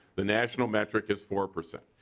the national metric is four percent.